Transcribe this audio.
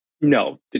No